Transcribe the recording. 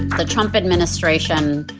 the trump administration,